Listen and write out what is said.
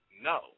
No